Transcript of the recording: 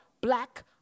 black